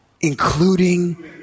Including